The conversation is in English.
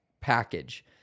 package